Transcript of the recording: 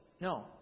No